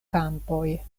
kampoj